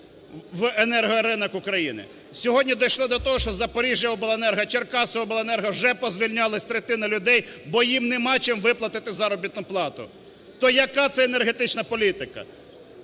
в енергоринок України. Сьогодні дійшло до того, що "Запоріжжяобленерго", "Черкасиобленерго" вже позвільнялась третина людей, бо їм немає чим виплатити заробітну плату. То яка це енергетична політика?